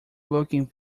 looking